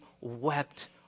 wept